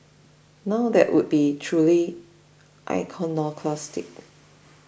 now that would be truly iconoclastic